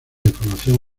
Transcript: información